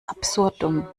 absurdum